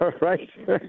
Right